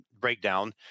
breakdown